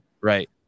right